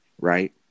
right